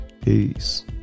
Peace